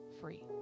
free